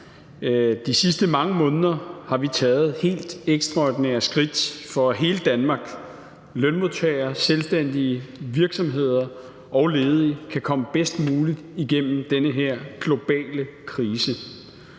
de sidste mange måneder har vi taget helt ekstraordinære skridt for, at hele Danmark – lønmodtagere, selvstændige, virksomheder og ledige – kan komme bedst muligt igennem den her globale krise.